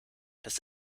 des